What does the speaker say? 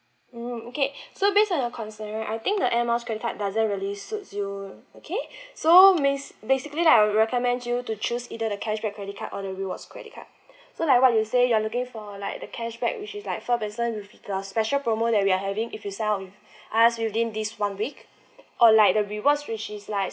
mm okay so based on your concern I think the air miles credit card doesn't really suits you okay so miss basically lah I recommend you to choose either the cashback credit card or the rewards credit card so like what you say you're looking for like the cashback which is like for person with our special promo that we are having if you sign up with us within this one week or like the rewards which is like